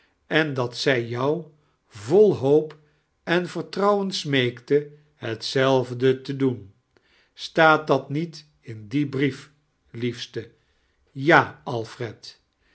en dat zij jou vol hoop em vartrouwen smeekte hetzelfde te doan stat dat niet in dien brief liefste ja alfred